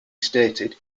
stated